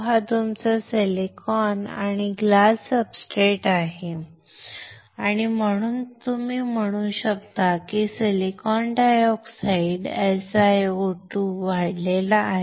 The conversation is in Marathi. हा तुमचा सिलिकॉन किंवा ग्लास सब्सट्रेट आहे आणि तुम्ही म्हणू शकता की सिलिकॉन डायऑक्साइड SiO2 वाढला आहे